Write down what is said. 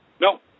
No